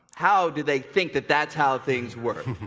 how did they think that that's how things worked?